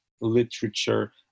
literature